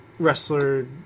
Wrestler